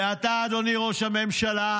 ואתה, אדוני ראש הממשלה,